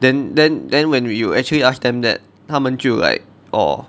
then then then when you actually ask them that 他们就 like orh